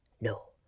No